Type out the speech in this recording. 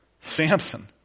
Samson